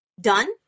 done